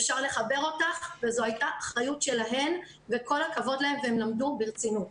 אפשר לחבר אותך' וזו הייתה אחריות שלהן וכל הכבוד להן והן למדו ברצינות.